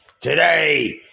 Today